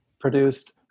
produced